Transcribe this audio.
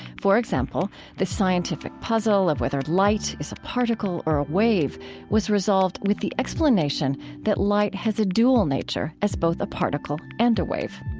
for example, the scientific puzzle of whether light is a particle or a wave was resolved with the explanation that light has a dual nature as both a particle and a wave.